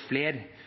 gjøre